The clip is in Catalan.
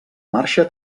marxa